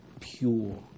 pure